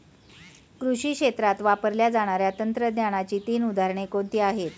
कृषी क्षेत्रात वापरल्या जाणाऱ्या तंत्रज्ञानाची तीन उदाहरणे कोणती आहेत?